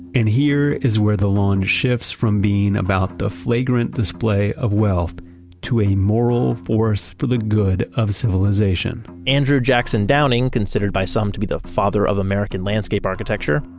and here is where the lawn shifts from being about the flagrant display of wealth to a moral force for the good of civilization andrew jackson downing, considered by some to be the father of american landscape architecture,